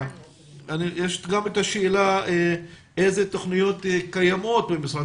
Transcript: יש גם שאלה איזה תכניות קיימות במשרד